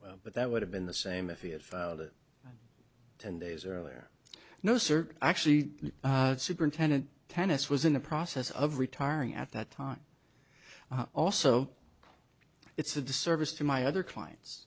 but that would have been the same if it ten days earlier no sir actually the superintendent tennis was in the process of retiring at that time also it's a disservice to my other clients